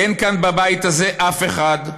אין כאן בבית הזה אף אחד,